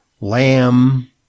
lamb